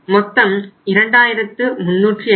மொத்தம் 2385